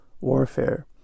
warfare